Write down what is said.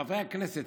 חברי הכנסת,